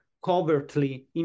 covertly